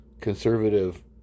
conservative